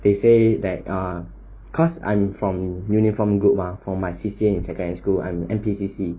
they say that ah because I'm from uniform group mah for my C_C_A in secondary school I'm N_P_C_C